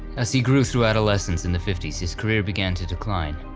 as he grew through adolescence in the fifty s his career began to decline.